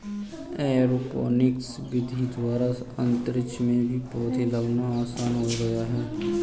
aeroponics विधि द्वारा अंतरिक्ष में भी पौधे लगाना आसान हो गया है